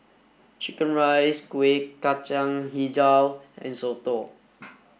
chicken rice Kueh Kacang Hijau and Soto